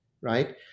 right